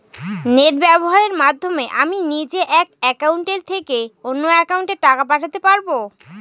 Net ব্যবহারের মাধ্যমে আমি নিজে এক অ্যাকাউন্টের থেকে অন্য অ্যাকাউন্টে টাকা পাঠাতে পারব?